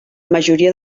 majoria